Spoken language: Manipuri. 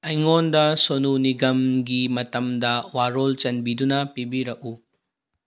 ꯑꯩꯉꯣꯟꯗ ꯁꯣꯅꯨ ꯅꯤꯒꯝꯒꯤ ꯃꯇꯝꯗ ꯋꯥꯔꯣꯜ ꯆꯥꯟꯕꯤꯗꯨꯅ ꯄꯤꯕꯤꯔꯛꯎ